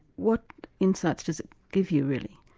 what insights does it give you really?